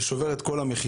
זה שובר את כל המחיצות.